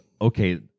okay